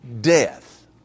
death